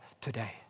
today